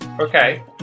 Okay